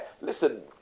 listen